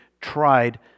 tried